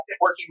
working